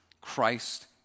Christ